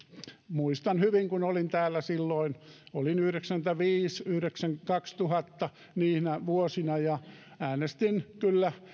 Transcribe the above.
muistan hyvin kun olin täällä silloin olin yhdeksänkymmentäviisi viiva kaksituhatta niinä vuosina ja äänestin kyllä